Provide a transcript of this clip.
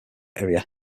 area